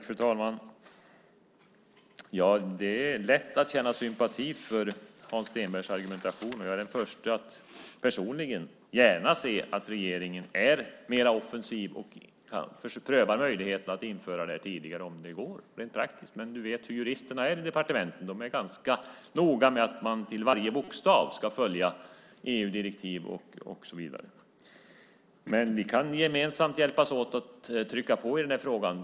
Fru talman! Det är lätt att känna sympati för Hans Stenbergs argumentation. Jag är den förste att personligen gärna se att regeringen är mer offensiv och prövar möjligheten att införa det här tidigare om det går rent praktiskt. Men du vet hur juristerna är i departementen. De är ganska noga med att man till varje bokstav ska följa EU-direktiv. Men vi kan gemensamt hjälpas åt och trycka på i den här frågan.